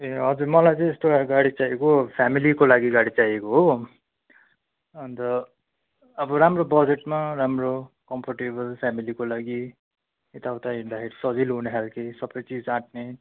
ए हजुर मलाई चाहिँ यस्तो खालको गाडी चाहिएको हो फ्यामिलीको लागि गाडी चाहिएको हो अन्त अब राम्रो बजटमा राम्रो कम्फोर्टेबल फ्यामिलीको लागि यताउति हिँड्दाखेरि सजिलो हुने खालके सबै चिज आँट्ने